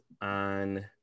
on